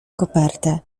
kopertę